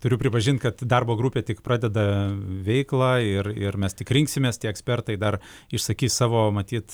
turiu pripažint kad darbo grupė tik pradeda veiklą ir ir mes tik rinksimės tie ekspertai dar išsakys savo matyt